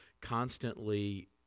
constantly